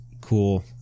cool